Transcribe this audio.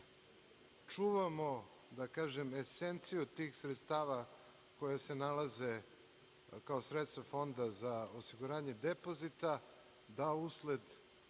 čuvamo, da kažem, esenciju tih sredstava koja se nalaze, kao sredstva Fonda za osiguranje depozita, da usled